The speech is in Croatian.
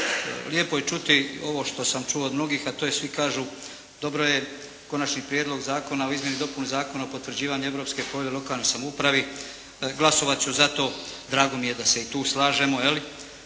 lijepo je čuti ovo što sam čuo od mnogih, a to je svi kažu dobro je, Konačni prijedlog zakona o izmjeni i dopuni Zakona o potvrđivanju Europske povelje o lokalnoj samoupravi, glasovat ću za to, drago mi je da se i tu slažemo. Ali,